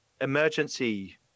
emergency